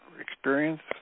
experience